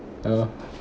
oh